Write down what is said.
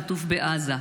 החטוף בעזה: